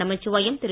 Namachivayam Thiru